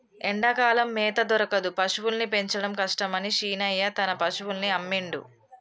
ఎండాకాలం మేత దొరకదు పశువుల్ని పెంచడం కష్టమని శీనయ్య తన పశువుల్ని అమ్మిండు